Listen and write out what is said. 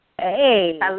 Hey